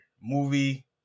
movie